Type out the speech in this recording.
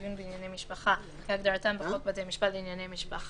דיון בענייני משפחה כהגדרתם בחוק בית המשפט לענייני משפחה,